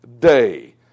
day